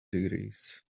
degrees